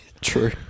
True